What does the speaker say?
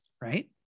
right